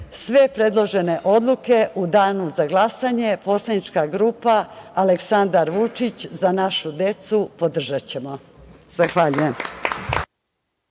predložene odluke u danu za glasanje poslanička grupa Aleksandar Vučić – Za našu decu, podržaćemo. Zahvaljujem.